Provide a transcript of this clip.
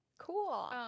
Cool